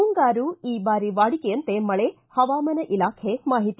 ಮುಂಗಾರು ಈ ಬಾರಿ ವಾಡಿಕೆಯಂತೆ ಮಳೆಹವಾಮಾನ ಇಲಾಖೆ ಮಾಹಿತಿ